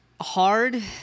hard